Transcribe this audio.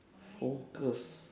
focus